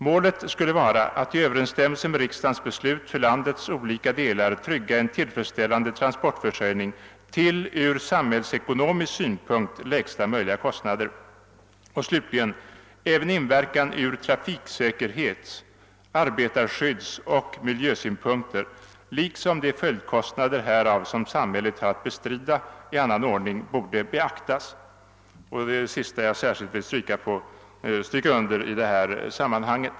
Målet skulle vara att i överensstämmelse med riksdagens beslut för landets olika delar trygga en tillfredsställande transportförsörjning till ur samhällsekonomisk syn punkt lägsta möjliga kostnader.» Utskottet fortsätter: »Även inverkan ur trafiksäkerhets-, arbetarskyddsoch miljösynpunkter liksom de följdkostnader härav som samhället har att bestrida i annan ordning borde beaktas.» Det sista vill jag särskilt stryka under i detta sammanhang.